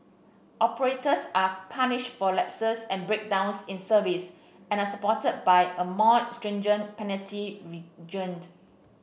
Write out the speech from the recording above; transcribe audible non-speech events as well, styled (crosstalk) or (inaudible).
operators are punished for lapses and breakdowns in service and supported by a more stringent penalty (unintelligible)